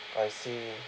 I see